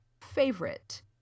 favorite